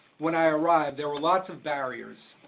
when i arrived, there were lots of barriers,